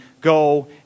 go